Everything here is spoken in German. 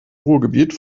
ruhrgebiet